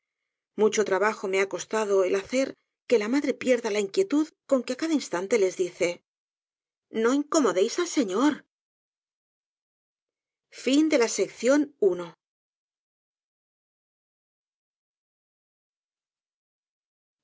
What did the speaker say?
mucho trabajo me ha costado el hacer que la madre pierda la inquietud con que á cada instante les dice no incomodéis al señor